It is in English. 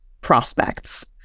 prospects